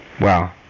Wow